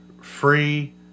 Free